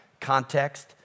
context